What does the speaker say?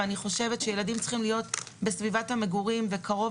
אני חושבת שילדים צריכים להיות בסביבת המגורים וקרוב